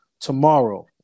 tomorrow